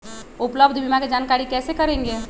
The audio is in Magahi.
उपलब्ध बीमा के जानकारी कैसे करेगे?